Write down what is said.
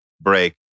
break